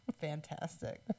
fantastic